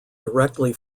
directly